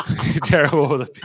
Terrible